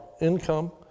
income